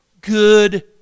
good